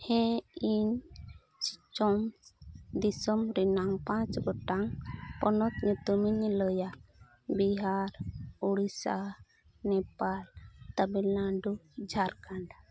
ᱦᱮᱸ ᱤᱧ ᱫᱤᱥᱚᱢ ᱨᱮᱱᱟᱝ ᱯᱟᱸᱪ ᱜᱚᱴᱟᱝ ᱯᱚᱱᱚᱛ ᱧᱩᱛᱩᱢᱤᱧ ᱞᱟᱹᱭᱟ ᱵᱤᱦᱟᱨ ᱩᱲᱤᱥᱥᱟ ᱱᱮᱯᱟᱞ ᱛᱟᱹᱢᱤᱞᱱᱟᱹᱰᱩ ᱡᱷᱟᱲᱠᱷᱚᱸᱰ